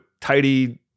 tidy